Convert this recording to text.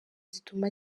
zituma